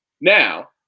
Now